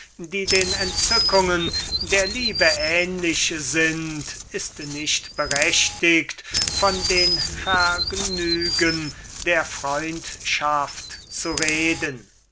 die den entzückungen der liebe ähnlich sind ist nicht berechtiget von den vergnügen der freundschaft zu reden